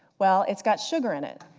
well it's got sugar in it.